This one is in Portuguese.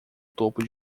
topo